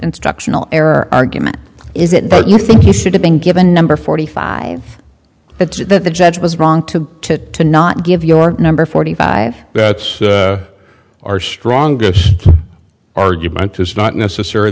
instructional error argument is it that you think you should have been given number forty five but that the judge was wrong to to not give your number forty five that's our strongest argument is not necessarily